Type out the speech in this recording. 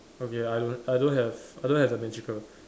okay I don't I don't have I don't have the magical